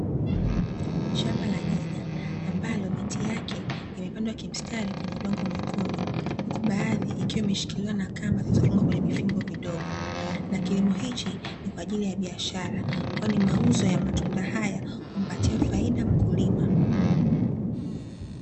Shamba la nyanya ambalo miti yake imepandwa kimstari kwenye udongo mwekundu, huku baadhi ikiwa na imeshikiliwa na kamba zilizofungwa kwenye vifungo vidogo na kilimo hiki ni kwaajili ya biashara, kwani mauzo ya matunda haya humpatia faida mkulima.